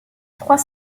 trois